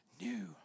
new